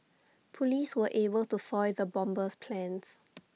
Police were able to foil the bomber's plans